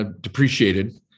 depreciated